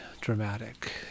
dramatic